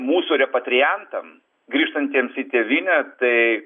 mūsų repatriantam grįžtantiems į tėvynę tai